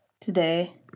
today